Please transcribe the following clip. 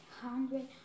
hundred